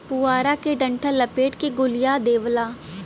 पुआरा के डंठल लपेट के गोलिया देवला